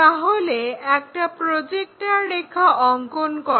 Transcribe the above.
তাহলে একটা প্রজেক্টর রেখা অংকন করো